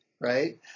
right